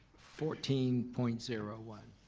fourteen point zero one.